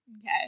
Okay